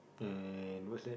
and what's that